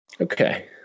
Okay